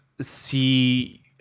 see